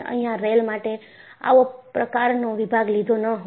અહિયાં રેલ માટે આવો પ્રકારનો વિભાગ લીધો ન હોત